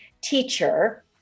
teacher